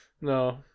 No